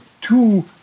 two